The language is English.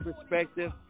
perspective